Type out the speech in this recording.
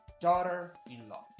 daughter-in-law